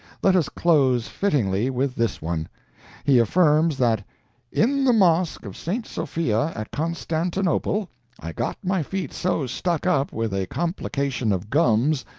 let us close fittingly with this one he affirms that in the mosque of st. sophia at constantinople i got my feet so stuck up with a complication of gums,